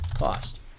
cost